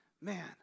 man